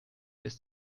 ist